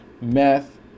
meth